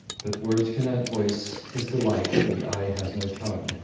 but words cannot voice his delight, for the eye has no tongue.